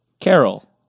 Carol